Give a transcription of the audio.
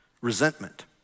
resentment